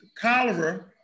cholera